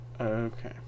Okay